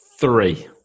three